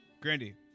Grandy